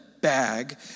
bag